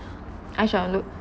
I shall look